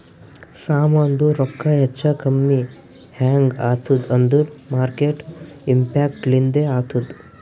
ಸಾಮಾಂದು ರೊಕ್ಕಾ ಹೆಚ್ಚಾ ಕಮ್ಮಿ ಹ್ಯಾಂಗ್ ಆತ್ತುದ್ ಅಂದೂರ್ ಮಾರ್ಕೆಟ್ ಇಂಪ್ಯಾಕ್ಟ್ ಲಿಂದೆ ಆತ್ತುದ